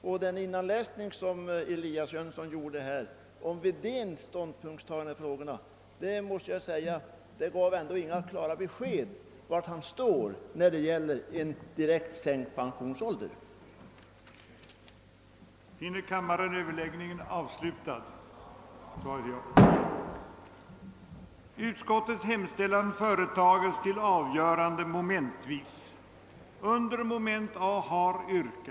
Herr Elias Jönssons högläsning ur herr Wedéns inlägg i dessa frågor gav ändå inga klara besked om var herr Wedén verkligen står när det gäller spörsmålet om en generell sänkning av pensionsåldern till 65 år.